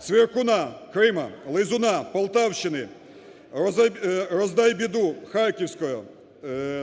Цвіркуна – Криму, Лизуна – Полтавщини, Роздайбіду – Харківської,